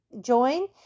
join